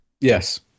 Yes